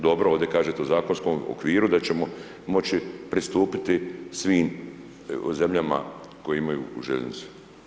Dobro ovdje kažete u zakonskom okviru, da ćemo moći pristupiti svim zemljama koje imaju željeznicu.